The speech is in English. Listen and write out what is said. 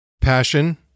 Passion